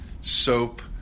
soap